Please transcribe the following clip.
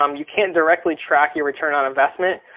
um you can't directly track your return on investment.